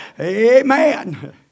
Amen